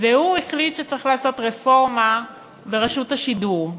והוא החליט שצריך לעשות רפורמה ברשות השידור,